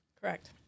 correct